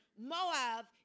Moab